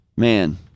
Man